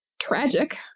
tragic